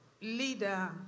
leader